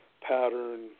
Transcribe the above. pattern